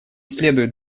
следует